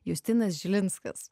justinas žilinskas